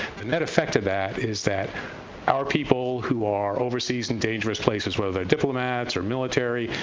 the net effect of that is that our people who are overseas in dangerous places, whether they're diplomats or military,